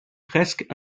presque